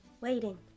waiting